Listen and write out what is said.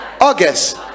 August